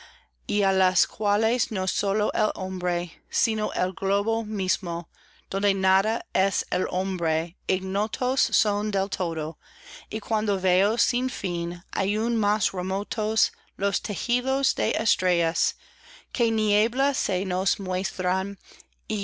y á las cuales no sólo el hombre sino el globo mismo donde nada es el hombre ignotos son del todo y cuando veo sin fin aún más remotos los tejidos de estrellas que niebla se nos muestran y